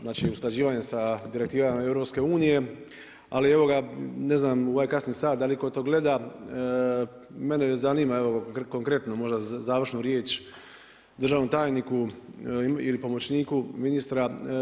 Znači usklađivanje sa direktivama EU-a ali evo ga, ne znam u ovaj kasni sat da li tko to gleda, mene zanima, konkretno možda završnu riječ državnom tajniku ili pomoćniku ministra.